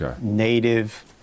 native